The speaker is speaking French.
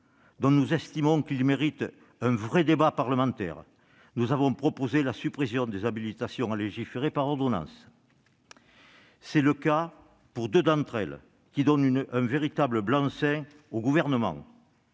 dont nous estimons qu'ils méritent un vrai débat parlementaire, nous avons proposé la suppression des habilitations à légiférer par ordonnance. C'est le cas pour deux de ces habilitations, qui donnent de véritables blancs-seings au Gouvernement.